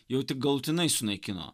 jau tik galutinai sunaikino